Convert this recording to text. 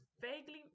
vaguely